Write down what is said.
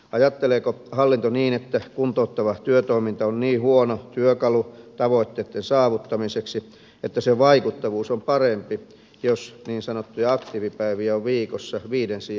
ajatteleeko hallinto niin että kuntouttava työtoiminta on niin huono työkalu tavoitteitten saavuttamiseksi että sen vaikuttavuus on parempi jos niin sanottuja aktiivipäiviä on viikossa viiden sijaan neljä